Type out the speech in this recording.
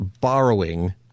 borrowing